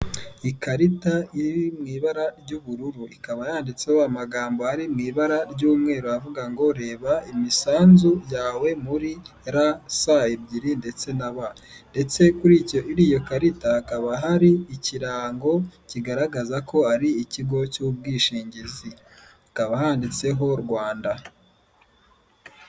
Ikarita iri mu ibara ry'ubururu ikaba yanditseho amagambo ari mu ibara ry'umweruvuga ngo reba imisanzu yawe muri rswa ebyiri ndetse na ndetse kuri iriya karita hakaba hari ikirango kigaragaza ko ari ikigo cy'ubwishingizikaba handitseho rwanda